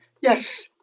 Yes